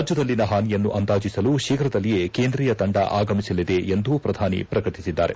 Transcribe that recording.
ರಾಜ್ಯದಲ್ಲಿನ ಹಾನಿಯನ್ನು ಅಂದಾಜಿಸಲು ಶೀಘದಲ್ಲಿಯೇ ಕೇಂದ್ರೀಯ ತಂಡ ಆಗಮಿಸಲಿದೆ ಎಂದೂ ಪ್ರಧಾನಿ ಪ್ರಕಟಿಸಿದ್ದಾರೆ